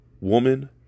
woman